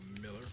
Miller